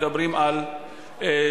שאנחנו מדברים על שירות